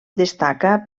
destaca